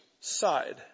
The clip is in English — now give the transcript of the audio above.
side